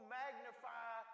magnify